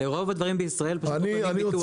לחרוב הדברים בישראל צריך ביטוח.